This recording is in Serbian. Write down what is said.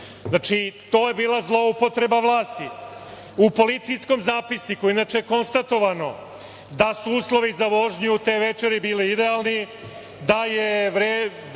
Znači, to je bila zloupotreba vlasti.U policijskom Zapisniku inače je konstatovano da su uslovi za vožnju te večeri bili idealni, da je dan